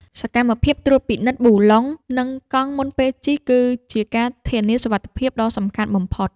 សកម្មភាពត្រួតពិនិត្យប៊ូឡុង និងកង់មុនពេលជិះ គឺជាការធានាសុវត្ថិភាពដ៏សំខាន់បំផុត។